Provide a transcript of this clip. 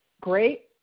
great